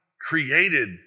created